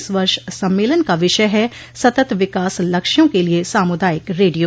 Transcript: इस वर्ष सम्मेलन का विषय है सतत विकास लक्ष्यों के लिए सामुदायिक रेडियो